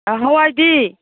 ꯍꯋꯥꯏꯗꯤ